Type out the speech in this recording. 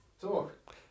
Talk